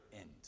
end